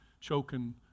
choking